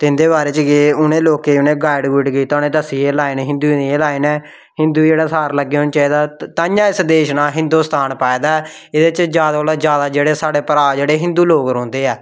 ते इं'दे बारे च गै उ'नें लोकें गी उ'नें गी गाईड गूईड कीता उ'नें दस्सी एह् लाईन हिंदुएं दी एह् लाईन ऐ हिंदू जेह्ड़ा सारें ला अग्गें होना चाहिदा त ताइंयै इस देश नांऽ हिंदोस्तान पाये दा ऐ एह्दे च जैदा कोला जैदा जेह्ड़े साढ़े भ्राऽ जेह्ड़े हिंदू लोग रौंह्दे ऐ